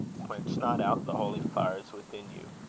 quench not out the holy fires within you,